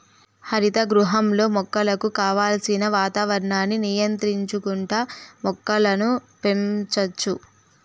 హరిత గృహంలో మొక్కలకు కావలసిన వాతావరణాన్ని నియంత్రించుకుంటా మొక్కలను పెంచచ్చు